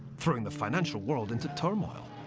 throwing the financial world into turmoil?